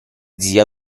zia